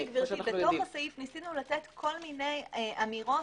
בתוך הסעיף ניסינו לתת כל מיני אמירות